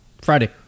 friday